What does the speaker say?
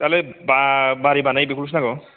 दालाय बा मारै बानायो बेखौलसो नांगौ